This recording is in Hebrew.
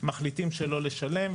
מחליטים לא לשלם.